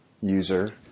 user